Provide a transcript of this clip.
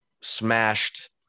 smashed